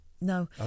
No